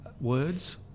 words